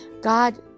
God